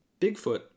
Bigfoot